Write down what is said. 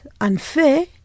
unfair